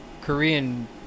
Korean